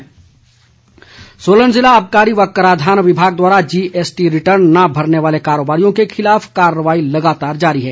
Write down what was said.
GST Solan जिला आबकारी व कराधान विभाग द्वारा जीएसटी रिटर्न न भरने वाले कारोबारियों के खिलाफ कार्रवाई लगातार जारी है